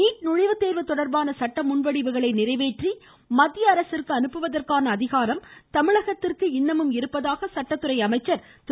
NEET நுழைவுத்தோ்வு தொடா்பான சட்டமுன்வடிவுகளை நிறைவேற்றி மத்திய அரசிற்கு அனுப்புவதற்கான அதிகாரம் தமிழகத்திற்கு இருப்பதாக சட்டத்துறை அமைச்சர் திரு